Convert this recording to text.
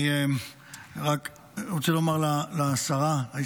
אני רק רוצה לומר לשרה -- כן?